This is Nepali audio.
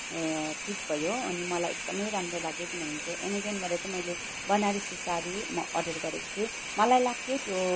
फिट भयो अनि मलाई एकदमै राम्रो लाग्यो किनभने त्यो अमेजोनबाट चाहिँ मैले बनारसी साडी अर्डर गरेको थिएँ मलाई लाग्थ्यो त्यो